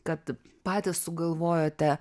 kad patys sugalvojote